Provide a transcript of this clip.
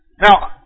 Now